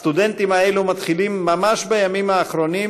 הסטודנטים האלו מתחילים ממש בימים האחרונים